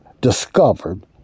discovered